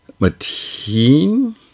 Mateen